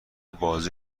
بازی